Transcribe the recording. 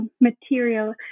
material